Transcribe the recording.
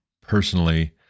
personally